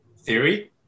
Theory